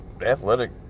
athletic